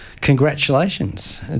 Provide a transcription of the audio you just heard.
congratulations